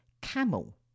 camel